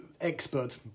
expert